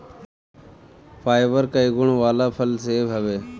fibre कअ गुण वाला फल सेव हवे